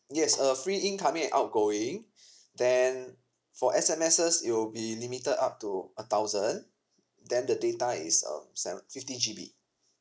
yes uh free incoming and outgoing then for S_M_Ses it will be limited up to a thousand then the data is um seve~ fifty G_B